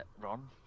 Ron